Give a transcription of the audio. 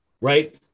right